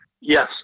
Yes